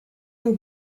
your